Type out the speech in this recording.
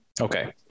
Okay